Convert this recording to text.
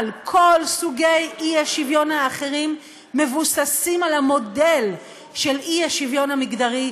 אבל כל סוגי האי-שוויון האחרים מבוססים על המודל של האי-שוויון המגדרי,